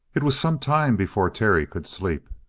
it was some time before terry could sleep,